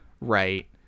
right